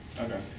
Okay